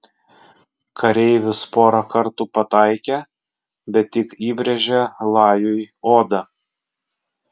kareivis porą kartų pataikė bet tik įbrėžė lajui odą